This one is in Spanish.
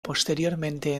posteriormente